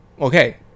Okay